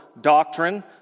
doctrine